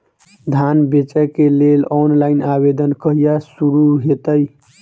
धान बेचै केँ लेल ऑनलाइन आवेदन कहिया शुरू हेतइ?